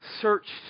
searched